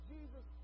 Jesus